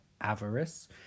avarice